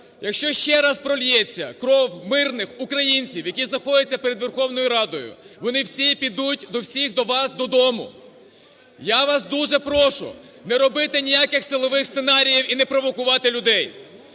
якщо ще раз проллється кров мирних українців, які знаходяться перед Верховною Радою, вони всі підуть до всіх до вас додому. Я вас дуже прошу не робити ніяких силових сценаріїв і не провокувати людей.